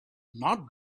not